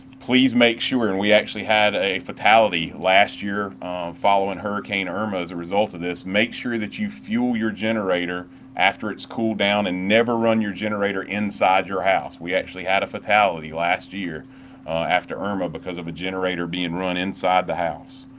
please make sure, and we actually had a fatality last year following hurricane irma, as a result of this, make sure you fuel your generator after it's cooled down and never run your generator inside your house. we actually had a fatality last year after irma because of a generator being run inside the house.